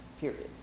period